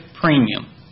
premium